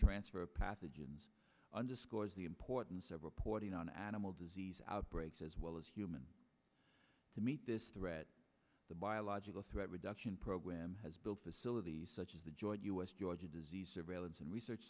transfer of pathogens underscores the importance of reporting on animal disease outbreaks as well as human to meet this threat the biological threat reduction program has built facilities such as the joint us georgia disease surveillance and research